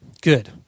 Good